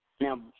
Now